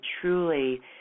truly